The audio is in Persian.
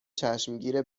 چشمگیر